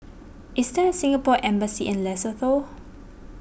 is there a Singapore Embassy in Lesotho